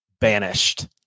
banished